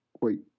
Wait